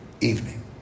Evening